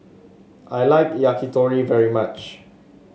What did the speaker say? I like Yakitori very much